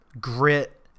grit